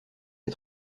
les